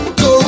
go